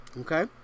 Okay